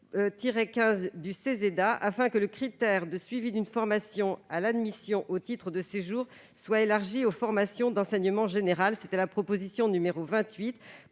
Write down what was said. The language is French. d'asile (Ceseda), pour que le critère de suivi d'une formation à l'admission au titre de séjour soit élargi aux formations d'enseignement général. Enfin, la proposition n° 30